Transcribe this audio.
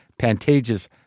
Pantages